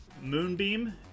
Moonbeam